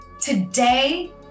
today